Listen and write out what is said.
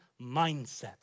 mindset